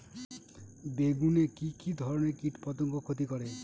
বেগুনে কি কী ধরনের কীটপতঙ্গ ক্ষতি করে?